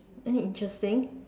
eh interesting